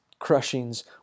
crushings